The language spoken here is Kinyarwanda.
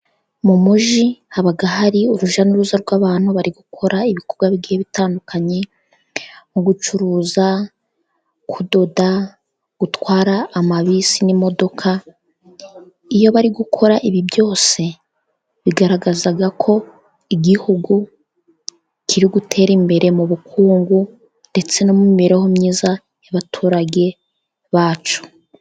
Mu mujyi haba hari urujya n'uruza rw'abantu bari gukora ibikorwa bigiye bitandukanye nko gucuruza, kudoda, gutwara amabisi n'imodoka, iyo bari gukora ibi byose, bigaragaza ko igihugu kiri gutera imbere mu bukungu ndetse no mu mibereho myiza y'abaturage ba cyo.